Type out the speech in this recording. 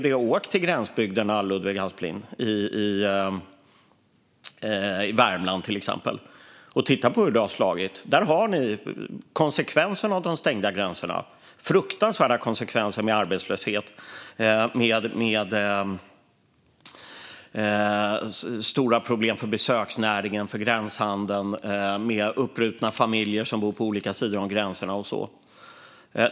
Åk till gränsbygderna, Ludvig Aspling, i Värmland till exempel och titta på hur det har slagit! Där har ni konsekvenserna av de stängda gränserna. Det är fruktansvärda konsekvenser med arbetslöshet och stora problem för besöksnäringen och gränshandeln och med uppbrutna familjer som bor på olika sidor om gränsen.